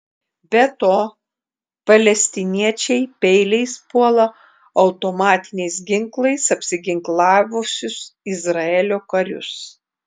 be to palestiniečiai peiliais puola automatiniais ginklais apsiginklavusius izraelio karius